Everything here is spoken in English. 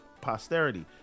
posterity